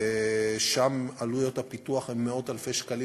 שם עלויות הפיתוח הן מאות-אלפי שקלים